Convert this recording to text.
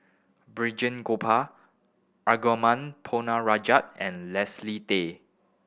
Balraj Gopal Arumugam Ponnu Rajah and Leslie Tay